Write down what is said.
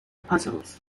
puzzles